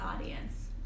audience